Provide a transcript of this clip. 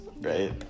right